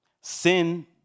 Sin